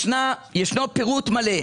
ישנו פירוט מלא.